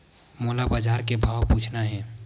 मोला बजार के भाव पूछना हे?